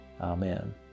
Amen